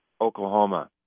Oklahoma